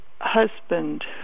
husband